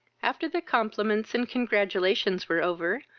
after the compliments and congratulations were over,